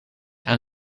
aan